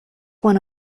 one